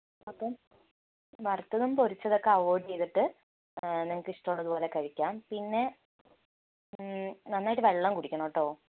അപ്പം വറുത്തതും പൊരിച്ചതും ഒക്കെ അവോയ്ഡ് ചെയ്തിട്ട് നിങ്ങൾക്ക് ഇഷ്ടം ഉള്ളത് പോലെ കഴിക്കാം പിന്നെ നന്നായിട്ട് വെള്ളം കുടിക്കണോട്ടോ